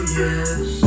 yes